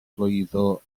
llwyddo